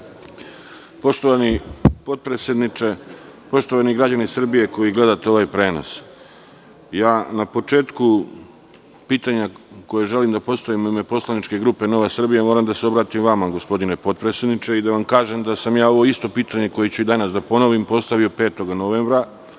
Poštovani potpredsedniče, poštovani građani Srbije koji gledate ovaj prenos, na početku pitanja koje želim da postavim u ime poslaničke grupe Nova Srbija moram da se obratim vama, gospodine potpredsedniče, i da vam kažem da sam ja ovo isto pitanje koje ću i danas da ponovim, postavio 5. novembra